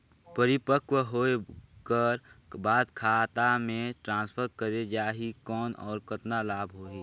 परिपक्व होय कर बाद खाता मे ट्रांसफर करे जा ही कौन और कतना लाभ होही?